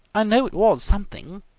i know it was something.